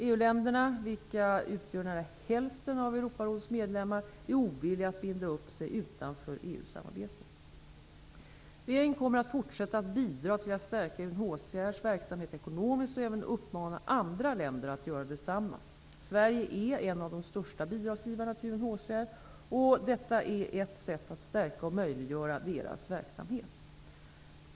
EU-länderna, vilka utgör nära hälften av Europarådets medlemmar, är ovilliga att binda upp sig utanför EU-samarbetet. Regeringen kommer att fortsätta att bidra till att stärka UNHCR:s verksamhet ekonomiskt och även uppmana andra länder att göra detsamma. Sverige är en av de största bidragsgivarna till UNHCR och detta är ett sätt att stärka och möjliggöra UNHCR:s verksamhet.